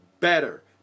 better